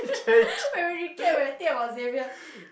when we recap eh we think about Xavier